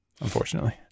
unfortunately